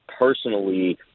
personally